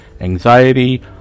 anxiety